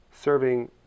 serving